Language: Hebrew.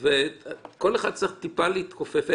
כל אחד צריך טיפה להתכופף אני